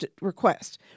request